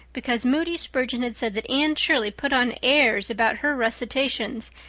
because moody spurgeon had said that anne shirley put on airs about her recitations,